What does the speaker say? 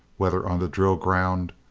whether on the drill ground,